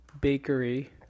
bakery